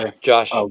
Josh